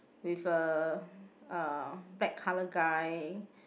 with a uh black colour guy